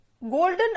golden